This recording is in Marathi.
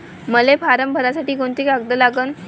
मले फारम भरासाठी कोंते कागद लागन?